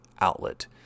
outlet